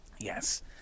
Yes